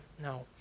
no